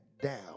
down